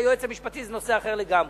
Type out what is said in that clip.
היועץ המשפטי זה נושא אחר לגמרי.